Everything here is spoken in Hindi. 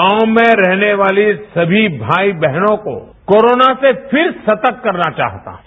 गांव में रहने वाले सभी भाई बहनोंको कोरोना से फिर सतर्क करना चाहता हूं